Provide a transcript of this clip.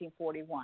1941